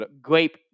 grape